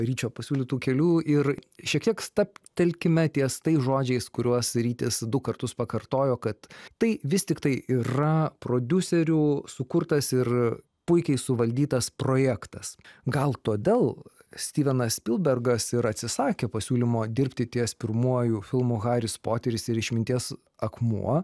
ryčio pasiūlytų kelių ir šiek tiek stabtelkime ties tais žodžiais kuriuos rytis du kartus pakartojo kad tai vis tiktai yra prodiuserių sukurtas ir puikiai suvaldytas projektas gal todėl stivenas spilbergas ir atsisakė pasiūlymo dirbti ties pirmuoju filmu haris poteris ir išminties akmuo